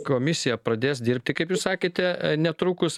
komisija pradės dirbti kaip jūs sakėte netrukus